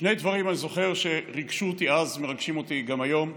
שני דברים אני זוכר שריגשו אותי אז ומרגשים אותי גם היום.